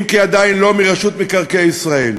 אם כי עדיין לא מרשות מקרקעי ישראל,